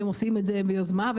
שהם עושים את זה מתוך יוזמה,